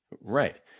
right